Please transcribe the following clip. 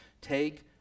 Take